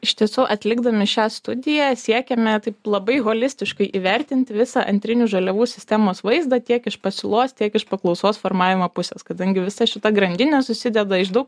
iš tiesų atlikdami šią studiją siekiame taip labai holistiškai įvertint visą antrinių žaliavų sistemos vaizdą tiek iš pasiūlos tiek iš paklausos formavimo pusės kadangi visa šita grandinė susideda iš daug